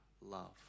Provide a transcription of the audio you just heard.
love